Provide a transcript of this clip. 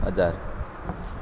हजार